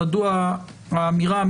מדוע האמירה,